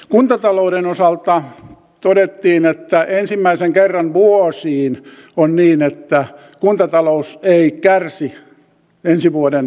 kuntatalouden osalta todettiin että ensimmäisen kerran vuosiin on niin että kuntatalous ei kärsi ensi vuoden talousarviossa